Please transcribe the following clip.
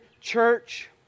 church